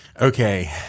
Okay